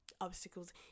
obstacles